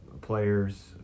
players